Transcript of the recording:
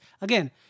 again